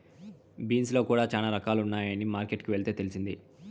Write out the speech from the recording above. beans లో కూడా చానా రకాలు ఉన్నాయని మార్కెట్ కి వెళ్తే తెలిసింది